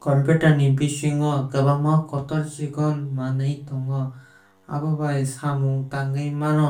Computer ni bisingo kwbangma kotor chikon manwi tongo abo bai samung tangwi mano.